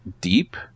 deep